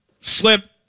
slip